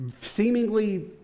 seemingly